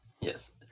Yes